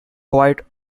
quite